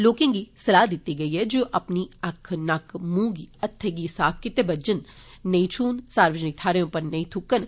लोकें गी सलाह दिती गेई ऐ जे ओ अपने अक्ख नक्क मूंह गी हत्थें गी साफ कीते बिजन नेंई छून सार्वजनिक थाहरें उप्पर नेंई थुक्कन